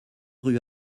rue